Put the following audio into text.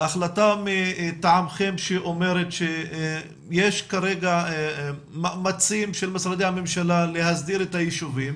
החלטה מטעמכם שאומרת שיש כרגע מאמצים של משרדי הממשלה להסדיר את הישובים